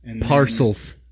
Parcels